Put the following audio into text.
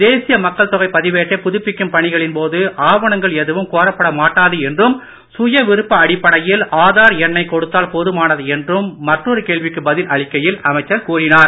தேசிய மக்கள் தொகை பதிவேட்டை புதுப்பிக்கும் பணிகளின் போது ஆவணங்கள் எதுவும் கோரப்பட மாட்டாது என்றும் சுயவிருப்ப அடிப்படையில் ஆதார் எண்ணை கொடுத்தால் போதுமானது என்றும் மற்றொரு கேள்விக்கு பதில் அளிக்கையில் அமைச்சர் கூறினார்